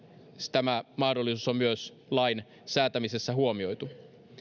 tämä mahdollisuus on myös lain säätämisessä huomioitu